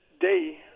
day